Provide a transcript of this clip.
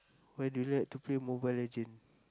why do you like to play Mobile-Legend